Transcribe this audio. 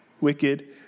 wicked